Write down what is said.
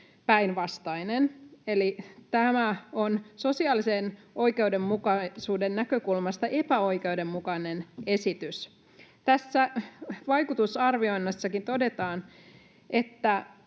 päinvastainen eli tämä on sosiaalisen oikeudenmukaisuuden näkökulmasta epäoikeudenmukainen esitys. Vaikutusarvioinneissakin todetaan, että